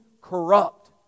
corrupt